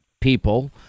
people